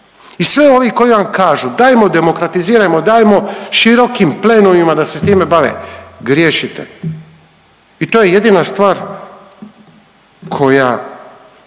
i sve ovi koji vam kažu dajmo demokratizirajmo, dajmo širokim plenumima da se s time bave griješite i to je jedina stvar koja